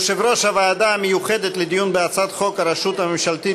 יושב-ראש הוועדה המיוחדת לדיון בהצעת חוק הרשות הממשלתית